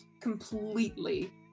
completely